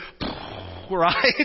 right